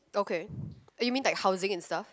okay oh you mean like housing and stuff